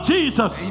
Jesus